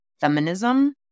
feminism